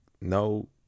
no